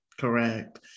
Correct